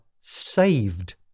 saved